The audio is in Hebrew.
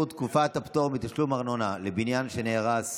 תקופת הפטור מתשלום ארנונה לבניין שנהרס